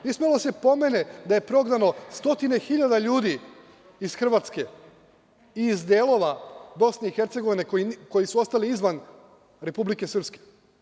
Nije smelo da se pomene da je prognano stotine hiljada ljudi iz Hrvatske i iz delova Bosne i Hercegovine koji su ostali izvan Republike Srpske.